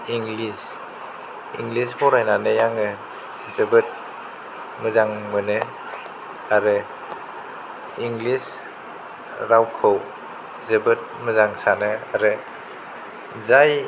English English फरायनानै आङो जोबोद मोजां मोनो आरो इंलिस रावखौ जोबोद मोजां सानो आरो जाय